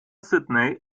sydney